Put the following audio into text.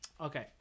Okay